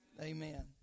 Amen